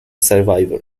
survivor